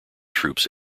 troops